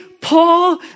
Paul